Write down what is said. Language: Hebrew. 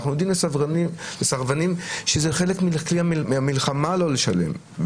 אנחנו עדים לסרבנים שזה חלק מהמלחמה לא לשלם,